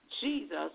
Jesus